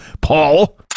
Paul